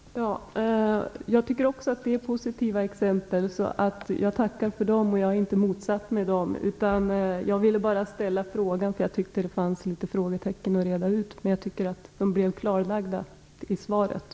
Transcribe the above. Fru talman! Jag tycker också att det är positiva exempel, så jag tackar för dem. Jag är inte motståndare till dem. Jag ville bara ställa frågan, för jag tyckte att det fanns litet frågetecken. De blev klarlagda i svaren.